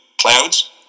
clouds